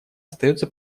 остается